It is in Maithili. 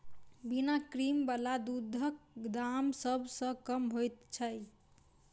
बिना क्रीम बला दूधक दाम सभ सॅ कम होइत छै